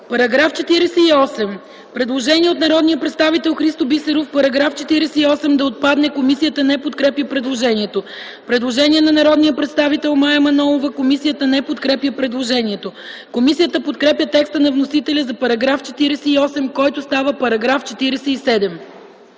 По § 46 има предложение на народния представител Христо Бисеров -§ 46 да отпадне. Комисията не подкрепя предложението. Предложение на народния представител Мая Манолова. Комисията не подкрепя предложението. Комисията подкрепя текста на вносителя за § 46, който става § 45.